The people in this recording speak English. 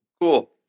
Cool